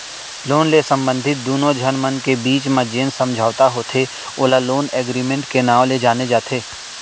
loan ले संबंधित दुनो झन मन के बीच म जेन समझौता होथे ओला लोन एगरिमेंट के नांव ले जाने जाथे